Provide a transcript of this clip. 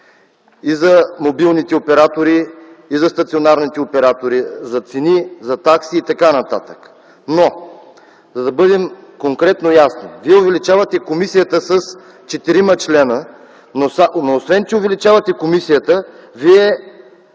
и за мобилните оператори, и за стационарните оператори, за цени, за такси и т.н. За да бъдем конкретно ясни, вие увеличавате комисията с 4 члена, но освен че увеличавате комисията, Вие